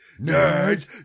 Nerds